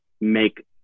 make